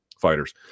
fighters